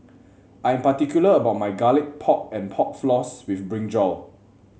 I am particular about my Garlic Pork and Pork Floss with brinjal